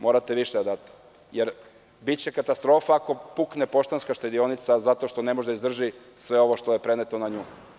Morate više da date, jer biće katastrofa ako pukne Poštanska štedionica zato što ne može da izdrži sve ovo što je preneto na nju.